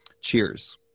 cheers